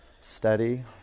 Steady